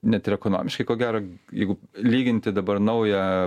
net ir ekonomiškai ko gero jeigu lyginti dabar naują